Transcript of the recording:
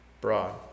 broad